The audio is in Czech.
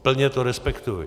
Plně to respektuji.